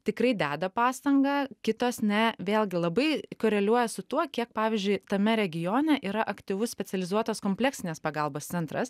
tikrai deda pastangą kitos ne vėlgi labai koreliuoja su tuo kiek pavyzdžiui tame regione yra aktyvus specializuotos kompleksinės pagalbos centras